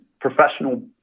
professional